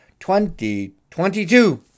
2022